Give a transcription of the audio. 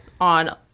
on